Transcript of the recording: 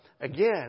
Again